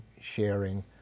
sharing